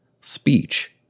Speech